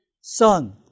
son